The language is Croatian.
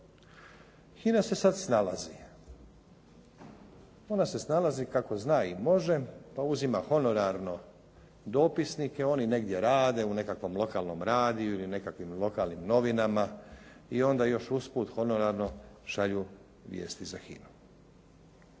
HINA se sad snalazi. Ona se snalazi kako zna i može pa uzima honorarno dopisnike. Oni negdje rade u nekakvom lokalnom radiju ili nekakvim lokalnim novinama i onda još usput honorarno šalju vijesti za HINA-u.